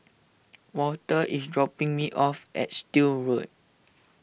Walter is dropping me off at Still Road